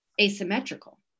asymmetrical